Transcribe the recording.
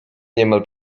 niemal